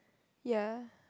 ya